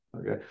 Okay